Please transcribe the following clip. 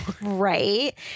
Right